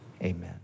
Amen